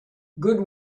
good